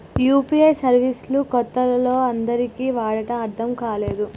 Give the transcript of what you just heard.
UPI service లు కొత్తలో అందరికీ వాడటం అర్థం కాలేదు